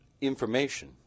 information